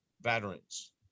veterans